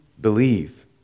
believe